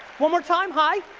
one more time, high.